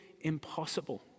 impossible